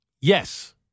Yes